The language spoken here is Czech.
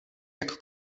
jak